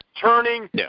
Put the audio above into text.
turning